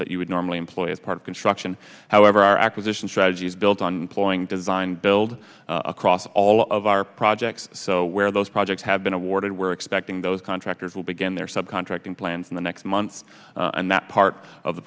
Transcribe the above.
that you would normally employ as part of construction however our acquisition strategy is built on flowing design build across all of our projects so where those projects have been awarded we're expecting those contractors will begin their sub contracting plant in the next month and that part of the